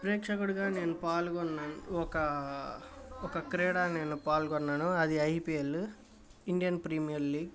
ప్రేక్షకుడిగా నేను పాల్గొన్నాను ఒక ఒక క్రీడానీలో పాల్గొన్నాను అది I P L Indian premier league